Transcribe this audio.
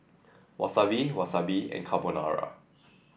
Wasabi Wasabi and Carbonara